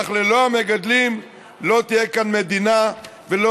אך ללא המגדלים לא תהיה כאן מדינה ולא